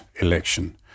election